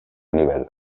nivel